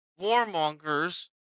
warmongers